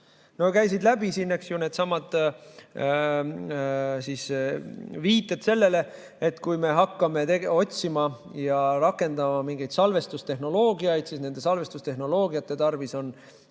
käisid läbi siin needsamad viited sellele, et kui me hakkame otsima ja rakendama mingeid salvestustehnoloogiaid, siis nende salvestustehnoloogiate tarvis on